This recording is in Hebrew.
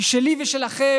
כי שלי ושלכם,